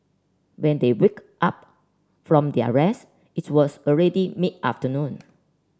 when they wake up from their rest it was already mid afternoon